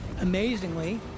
amazingly